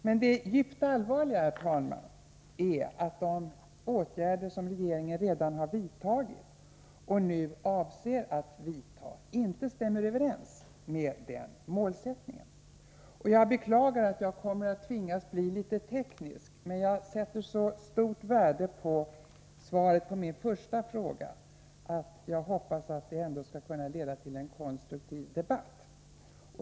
Men det djupt allvarliga, herr talman, är att de åtgärder som regeringen redan vidtagit och nu avser att vidta inte stämmer överens med den målsättningen. Jag beklagar att jag kommer att tvingas bli litet teknisk, men jag sätter så stort värde på svaret på min första fråga att jag hoppas att det ändå leder till en konstruktiv debatt.